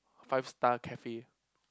five star cafe